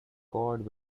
cord